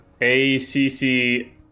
A-C-C-